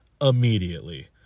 immediately